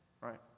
right